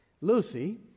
Lucy